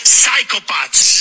psychopaths